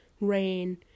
rain